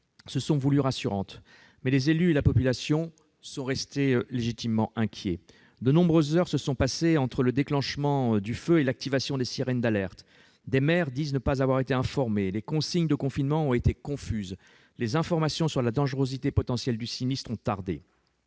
se sont voulues rassurantes, mais les élus et la population sont restés légitimement inquiets. Il s'est écoulé de nombreuses heures entre le déclenchement du feu et l'activation des sirènes d'alerte. Des maires disent ne pas avoir été informés. Les consignes de confinement ont été confuses. Les informations sur la dangerosité potentielle du sinistre ont tardé